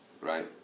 right